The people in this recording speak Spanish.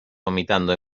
vomitando